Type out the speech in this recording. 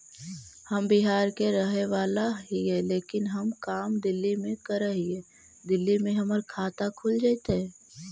हम बिहार के रहेवाला हिय लेकिन हम काम दिल्ली में कर हिय, दिल्ली में हमर खाता खुल जैतै?